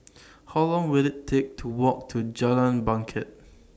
How Long Will IT Take to Walk to Jalan Bangket